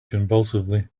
convulsively